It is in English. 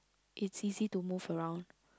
it's easy to move around